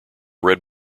red